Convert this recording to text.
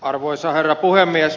arvoisa herra puhemies